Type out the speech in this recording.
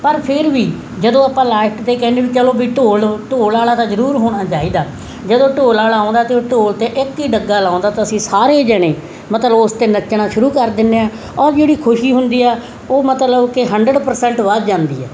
ਪਰ ਫਿਰ ਵੀ ਜਦੋਂ ਆਪਾਂ ਲਾਸਟ 'ਤੇ ਕਹਿੰਦੇ ਵੀ ਚਲੋ ਵੀ ਢੋਲ ਢੋਲ ਵਾਲਾ ਤਾਂ ਜ਼ਰੂਰ ਹੋਣਾ ਚਾਹੀਦਾ ਜਦੋਂ ਢੋਲ ਵਾਲਾ ਆਉਂਦਾ ਅਤੇ ਉਹ ਢੋਲ 'ਤੇ ਇੱਕ ਹੀ ਡੱਗਾ ਲਾਉਂਦਾ ਤਾਂ ਅਸੀਂ ਸਾਰੇ ਜਣੇ ਮਤਲਬ ਉਸ 'ਤੇ ਨੱਚਣਾ ਸ਼ੁਰੂ ਕਰ ਦਿੰਦੇ ਹਾਂ ਔਰ ਜਿਹੜੀ ਖੁਸ਼ੀ ਹੁੰਦੀ ਆ ਉਹ ਮਤਲਬ ਕਿ ਹੰਡਰਡ ਪ੍ਰਸੈਂਟ ਵੱਧ ਜਾਂਦੀ ਹੈ